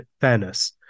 fairness